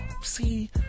See